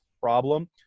problem